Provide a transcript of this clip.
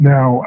Now